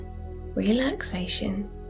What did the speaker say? relaxation